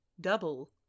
double